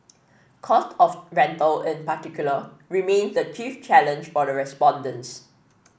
cost of rental in particular remains the chief challenge for the respondents